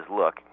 Look